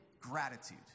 gratitude